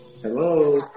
Hello